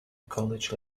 college